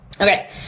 Okay